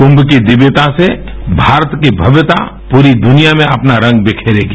कुंम की दिव्यता से भारत की भव्यता पूरी दृनिया में अपना रंग बिखेरगी